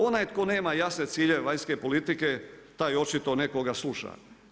Onaj tko nema jasne ciljeve vanjske politike taj očito nekoga sluša.